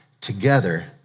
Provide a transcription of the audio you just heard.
together